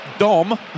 Dom